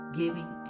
giving